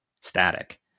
static